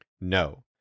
No